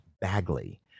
Bagley